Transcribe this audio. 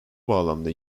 bağlamda